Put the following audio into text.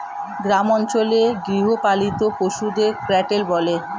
গ্রামেগঞ্জে গৃহপালিত পশুদের ক্যাটেল বলে